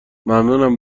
ممنونم